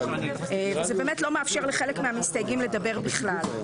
זה באמת לא מאפשר לחלק מהמסתייגים לדבר בכלל.